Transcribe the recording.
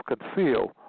concealed